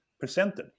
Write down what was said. presented